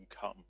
come